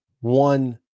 One